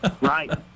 Right